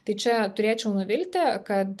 tai čia turėčiau nuvilti kad